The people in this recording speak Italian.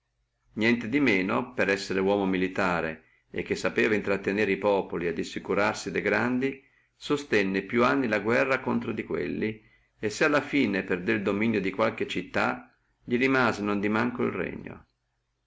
di manco per esser uomo militare e che sapeva intrattenere el populo et assicurarsi de grandi sostenne più anni la guerra contro a quelli e se alla fine perdé il dominio di qualche città li rimase non di manco el regno